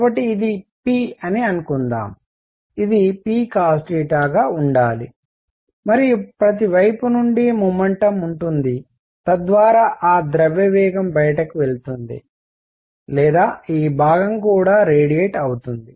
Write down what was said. కాబట్టి ఇది p అని అనుకుందాం ఇది p cos గా ఉండాలి మరియు ప్రతి వైపు నుండి మొమెంటం ఉంటుంది తద్వారా ఆ ద్రవ్యవేగం బయటికి వెళుతుంది లేదా ఈ భాగం కూడా రేడియేట్ అవుతుంది